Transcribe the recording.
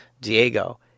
Diego